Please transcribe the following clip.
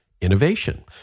innovation